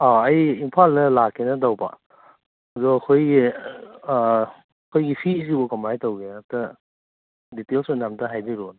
ꯑꯥ ꯑꯩ ꯏꯝꯐꯥꯜꯗ ꯂꯥꯛꯀꯦꯅ ꯇꯧꯕꯀꯣ ꯑꯗꯣ ꯑꯩꯈꯣꯏꯒꯤ ꯑꯩꯈꯣꯏꯒꯤ ꯐꯤꯁꯤꯕꯨ ꯀꯃꯥꯏ ꯇꯧꯒꯦ ꯍꯦꯛꯇ ꯗꯤꯇꯦꯜꯁ ꯑꯣꯏꯅ ꯑꯝꯇ ꯍꯥꯏꯕꯤꯔꯛꯑꯣꯅꯦ